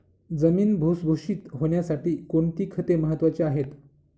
जमीन भुसभुशीत होण्यासाठी कोणती खते महत्वाची आहेत?